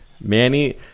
manny